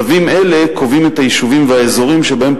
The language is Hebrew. צווים אלה קובעים את היישובים והאזורים שבהם